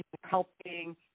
helping